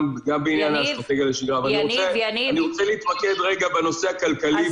אני רוצה להתמקד בנושא הכלכלי.